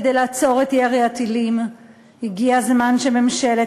כדי לעצור את ירי הטילים הגיע הזמן שממשלת